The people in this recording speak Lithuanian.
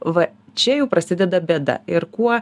va čia jau prasideda bėda ir kuo